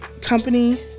company